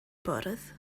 bwrdd